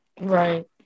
Right